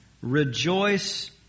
rejoice